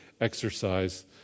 exercise